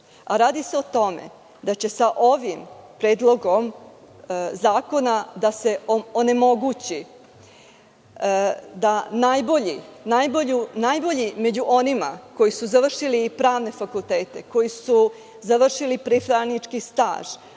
se o tome da će sa ovim predlogom zakona da se onemogući da najbolji među onima koji su završili i pravne fakultete, koji su završili pripravnički staž,